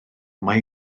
mai